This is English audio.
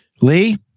Lee